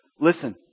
listen